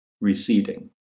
receding